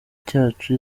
cyacu